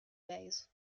days